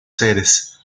sedes